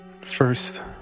First